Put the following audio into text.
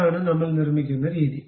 ഇതാണ് നമ്മൾ നിർമ്മിക്കുന്ന രീതി